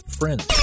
friends